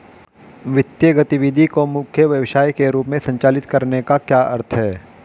वित्तीय गतिविधि को मुख्य व्यवसाय के रूप में संचालित करने का क्या अर्थ है?